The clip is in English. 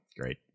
Great